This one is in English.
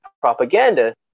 propaganda